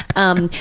um,